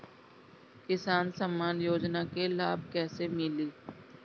किसान सम्मान योजना के लाभ कैसे मिली?